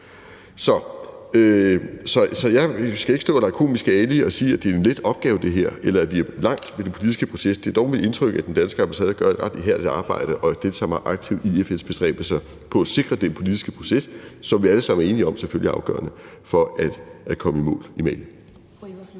Så jeg skal ikke stå og lege Komiske Ali og sige, at det her er en let opgave, eller at vi er nået langt med den politiske proces. Det er dog mit indtryk, at den danske ambassade gør et ret ihærdigt arbejde og deltager aktivt i FN's bestræbelser på at sikre den politiske proces, som vi alle sammen er enige om selvfølgelig er afgørende for at komme i mål i Mali.